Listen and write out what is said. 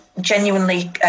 genuinely